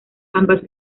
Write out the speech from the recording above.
ambas